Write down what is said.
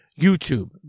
YouTube